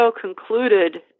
concluded